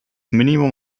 minimum